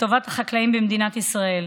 לטובת החקלאים במדינת ישראל.